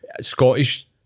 Scottish